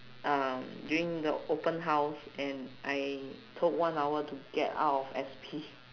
uh during the open house and I took one hour to get out of S_P